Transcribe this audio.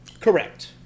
Correct